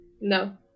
no